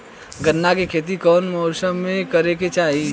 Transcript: गन्ना के खेती कौना मौसम में करेके चाही?